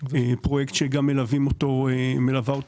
פרויקט שבה גם מלווה אותם עמותה,